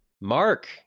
Mark